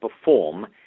perform